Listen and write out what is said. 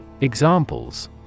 Examples